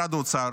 משרד האוצר